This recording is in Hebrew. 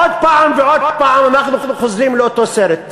עוד פעם ועוד פעם אנחנו חוזרים לאותו סרט.